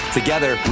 together